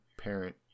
parent